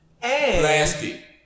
plastic